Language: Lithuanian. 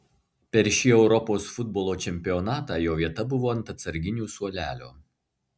per šį europos futbolo čempionatą jo vieta buvo ant atsarginių suolelio